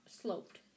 sloped